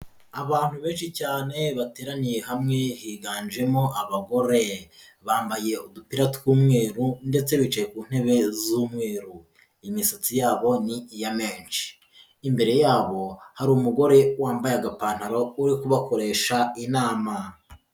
Abantu benshi cyane bateraniye hamwe higanjemo abagore, bambaye udupira tw'umweru ndetse bicaye ku ntebe z'umweru, imisatsi yabo ni iya menshi, imbere yabo hari umugore wambaye agapantaro uri kubakoresha inama.